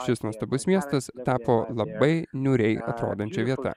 šis nuostabus miestas tapo labai niūriai atrodančia vieta